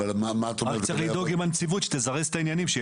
צריך לדאוג שהנציבות שתזרז את העניינים.